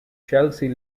chelsea